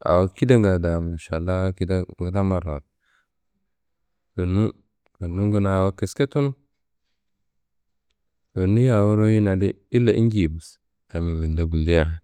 awo kidanga da Mašallah kida ngla marrawayit. Konnu konnu kuna awo kiske tunu. Konniyi awo royina di inji bes minde gulleia.